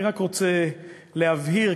אני רק רוצה להבהיר,